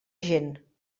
gent